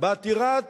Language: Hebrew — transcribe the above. בעתירת